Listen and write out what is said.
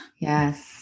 Yes